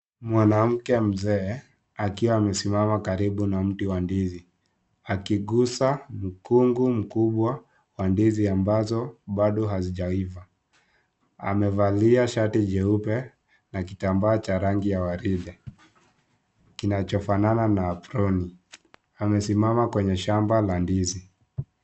Mwanamke mzee, akiwa amesimama karibu na mti wa ndizi, akiguza mkungu mkubwa wa ndizi ambazobado hazijaiva, amevalia shati jeupe, na kitambaa cha rangi ya waride, kinacho fanaa na aproni, amesimama kwenye shamba la ndizi.